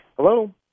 Hello